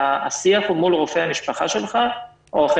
השיח הוא מול רופא המשפחה שלך או אחרי